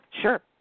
Sure